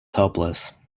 helpless